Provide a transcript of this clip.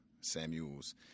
Samuels